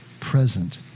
present